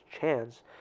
chance